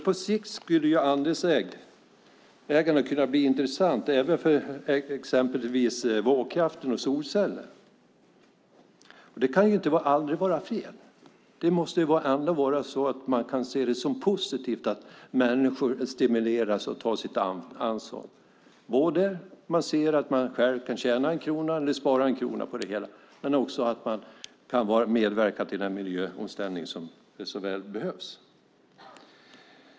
På sikt skulle andelsägande kunna bli intressant även beträffande exempelvis vågkraft och solceller. Det kan aldrig vara fel, utan man måste se det som positivt att människor stimuleras och tar sitt ansvar. Det handlar både om att man kan spara någon krona på det hela och medverka till den miljöomställning som så väl behövs.